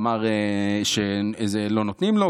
ואמר שלא נותנים לו,